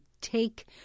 take